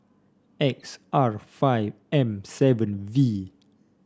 X R five M seven V